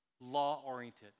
law-oriented